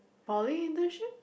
poly indention